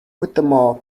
whittemore